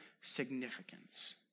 significance